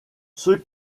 ceux